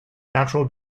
natural